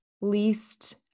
least